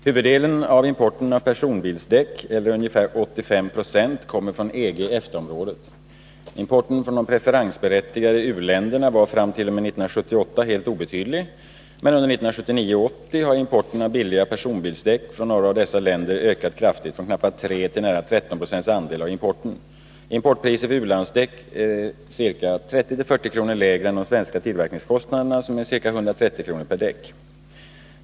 Huvuddelen av importen av personbilsdäck, eller ungefär 85 90, kommer från EG-EFTA-området. Importen från de preferensberättigade u-länderna 175 var fram t.o.m. 1978 helt obetydlig, men under 1979 och 1980 har importen av billiga personbilsdäck från några av dessa länder ökat kraftigt, från knappt 3 till nära 13 22 i andel av importen. Importpriset för u-landsdäck är ca 30-40 kr. lägre än de svenska tillverkningskostnaderna, som är ca 130 kr. per däck.